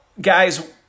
guys